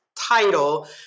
title